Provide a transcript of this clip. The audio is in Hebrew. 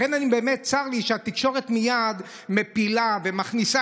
לכן באמת צר לי שהתקשורת מייד מפילה ומכניסה